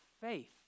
faith